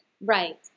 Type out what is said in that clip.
Right